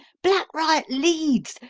black riot leads!